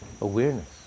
awareness